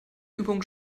übung